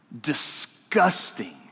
disgusting